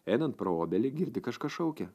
einant pro obelį girdi kažkas šaukia